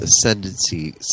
Ascendancy